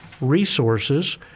resources